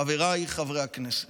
חבריי חברי הכנסת,